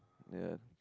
ya